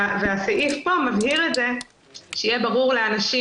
הסעיף הזה מבהיר כך שיהיה ברור לאנשים,